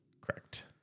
Correct